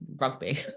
rugby